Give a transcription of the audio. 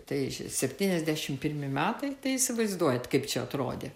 tai septyniasdešimt pirmi metai tai įsivaizduojat kaip čia atrodė